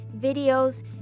videos